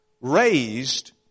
raised